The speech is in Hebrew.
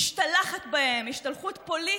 משתלחת בהם השתלחות פוליטית,